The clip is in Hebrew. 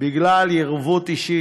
בגלל יריבות אישית,